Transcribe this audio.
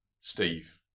Steve